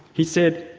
he said,